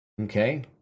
okay